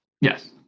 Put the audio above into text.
Yes